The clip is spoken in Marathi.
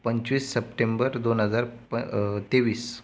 पंचवीस सप्टेंबर दोन हजार तेवीस